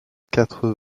quatre